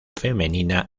femenina